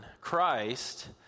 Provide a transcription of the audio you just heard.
Christ